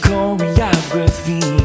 Choreography